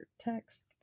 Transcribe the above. text